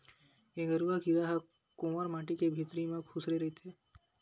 गेंगरूआ कीरा ह कोंवर माटी के भितरी म खूसरे रहिथे